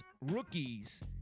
rookies